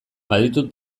baditut